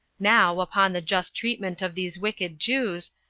now, upon the just treatment of these wicked jews,